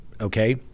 Okay